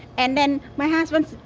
and then my husband,